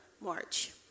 March